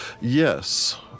Yes